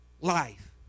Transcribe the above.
life